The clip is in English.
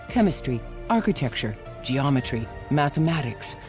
chemistry, architecture, geometry, mathematics,